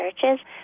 churches